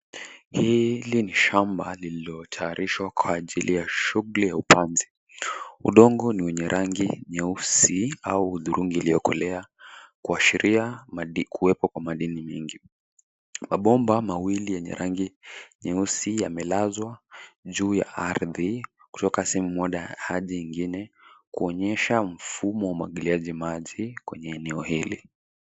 Hili ni shamba lililotayarishwa kwa ajili ya shughuli ya upanzi. Udongo ni wenye rangi nyeusi au hudhurungi iliyokolea kuashiria kuwepo kwa madini mingi. Mabomba mawili yenye rangi nyeusi yamelazwa juu ya ardhi kutoka sehemu moja hadi ingine kuonyesha mfumo wa umwagiliaji maji kwenye eneo hili.